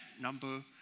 number